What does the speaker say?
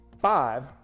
five